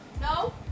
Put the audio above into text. No